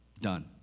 Done